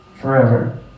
forever